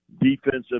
defensive